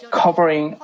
covering